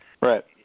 Right